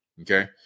okay